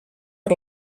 per